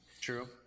True